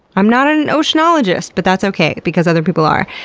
i'm not an oceanologist! but that's okay, because other people are.